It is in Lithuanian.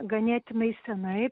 ganėtinai senai